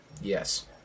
Yes